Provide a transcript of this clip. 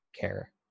care